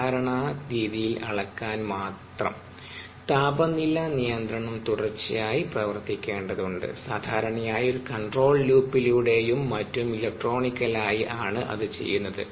സാധാരണ രീതിയിൽ അളക്കാൻ മാത്രം താപനില നിയന്ത്രണം തുടർച്ചയായി പ്രവർത്തിക്കേണ്ടതുണ്ട് സാധാരണയായി ഒരു കൺട്രോൾ ലൂപ്പിലൂടെ യും മറ്റും ഇലക്ട്രോണിക്കലായി ആണ് അത് ചെയ്യുന്നത്